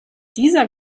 dieser